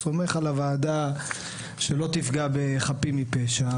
וסומך על הוועדה שלא תפגע בחפים מפשע,